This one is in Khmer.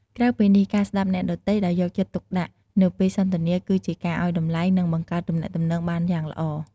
ក្រៅពីនេះ ការស្តាប់អ្នកដទៃដោយយកចិត្តទុកដាក់នៅពេលសន្ទនាគឺជាការឲ្យតម្លៃនិងបង្កើតទំនាក់ទំនងបានយ៉ាងល្អ។